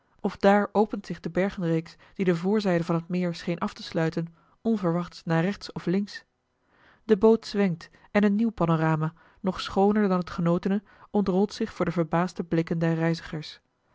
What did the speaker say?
of daar opent zich de bergenreeks die de voorzijde van het meer scheen af te sluiten onverwachts naar rechts of links eli heimans willem roda de boot zwenkt en een nieuw panorama nog schooner dan het genotene ontrolt zich voor de verbaasde blikken der reizigers